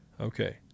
Okay